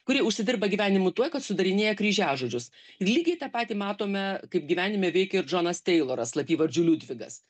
kuri užsidirba gyvenimui tuo kad sudarinėja kryžiažodžius lygiai tą patį matome kaip gyvenime veikia ir džonas teiloras slapyvardžiu liudvigas